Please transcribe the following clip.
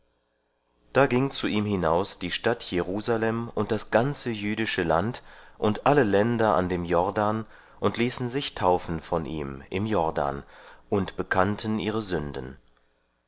da ging zu ihm hinaus die stadt jerusalem und das ganze jüdische land und alle länder an dem jordan und ließen sich taufen von ihm im jordan und bekannten ihre sünden